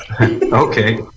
Okay